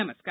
नमस्कार